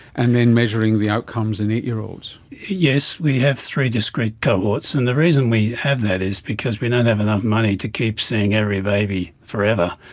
and then measuring the outcomes in eight year olds. yes, we have three discrete cohorts. and the reason we have that is because we don't have enough money to keep seeing every baby forever,